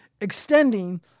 extending